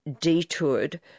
detoured